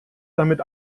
damit